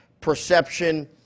perception